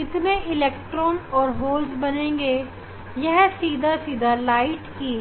कितने इलेक्ट्रॉन और होल्स बनेंगे यह सीधा सीधा प्रकाश की